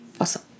awesome